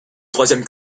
troisième